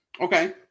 Okay